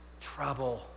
Trouble